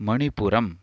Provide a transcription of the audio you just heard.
मणिपुरम्